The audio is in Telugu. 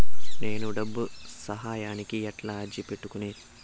నేను డబ్బు సహాయానికి ఎట్లా అర్జీ పెట్టుకునేది?